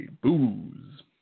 booze